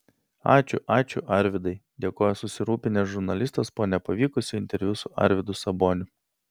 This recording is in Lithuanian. ačiū ačiū arvydai dėkojo susirūpinęs žurnalistas po nepavykusio interviu su arvydu saboniu